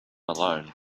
alone